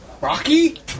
Rocky